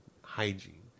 hygiene